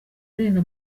arenga